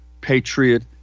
patriot